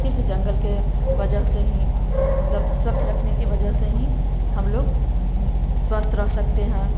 सिर्फ जंगल के वजह से ही मतलब स्वच्छ रखने के वजह से ही हम लोग स्वस्थ रह सकते हैं